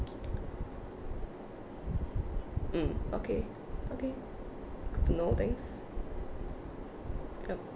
mm okay okay to know thanks yup